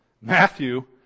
Matthew